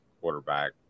quarterback